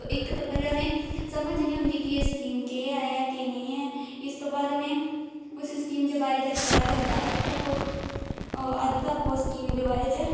इक ते पहले उंहे समज नेई होंदी कि एह् स्कीम के है केह् नेई ऐ इस तू बाद उनें उस स्कीम दे बारे च जद पता लगदा तब तक ओह् अंदू तक ओह् स्कीम दे बारे च